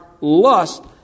lust